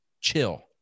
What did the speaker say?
chill